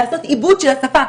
לעשות עיבוד של השפה,